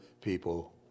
people